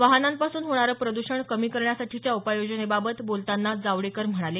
वाहनांपासून होणारं प्रद्षण कमी करण्यासाठीच्या उपाययोजनेबाबत बोलतांना जावडेकर म्हणाले